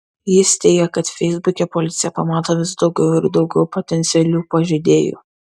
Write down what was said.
jis teigia kad feisbuke policija pamato vis daugiau ir daugiau potencialių pažeidėjų